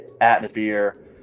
atmosphere